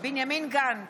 בנימין גנץ,